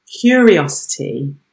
curiosity